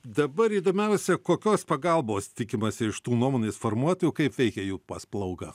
dabar įdomiausia kokios pagalbos tikimasi iš tų nuomonės formuotojų kaip veikia jų pasplauga